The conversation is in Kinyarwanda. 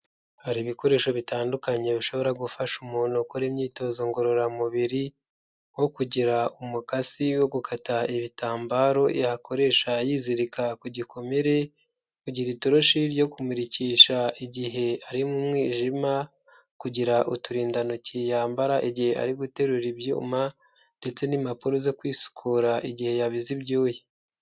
Hari ibikoresho bitandukanye bishobora gufasha umuntu ukora imyitozo ngororamubiri, nko kugira umukasi wo gukata ibitambaro yakoresha yizirika ku gikomere, kugira itoroshi ryo kumurikisha igihe ari mu mwijima, kugira uturindantoki yambara igihe ari guterura ibyuma, ndetse n'impapuro zo kwisukura igihe yabize ibyuya.